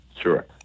sure